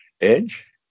edge